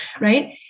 Right